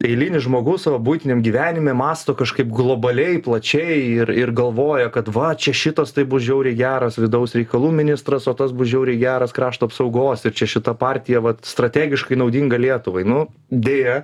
eilinis žmogus savo buitiniam gyvenime mąsto kažkaip globaliai plačiai ir ir galvoja kad va čia šitas tai bus žiauriai geras vidaus reikalų ministras o tas bus žiauriai geras krašto apsaugos ir čia šita partija vat strategiškai naudinga lietuvai nu deja